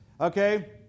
Okay